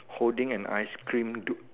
holding an ice cream